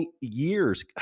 years